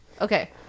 Okay